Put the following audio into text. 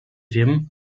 wiem